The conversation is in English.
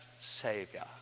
Savior